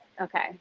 Okay